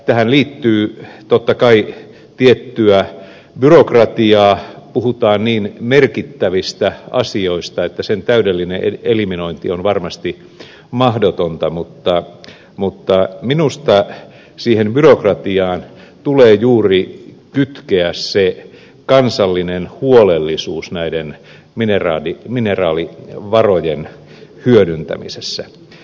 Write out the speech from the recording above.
tähän liittyy totta kai tiettyä byrokratiaa puhutaan niin merkittävistä asioista että sen täydellinen eliminointi on varmasti mahdotonta mutta minusta siihen byrokratiaan tulee kytkeä juuri se kansallinen huolellisuus näiden mineraalivarojen hyödyntämisessä